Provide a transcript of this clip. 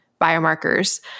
biomarkers